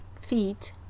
feet